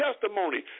testimony